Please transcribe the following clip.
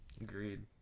Agreed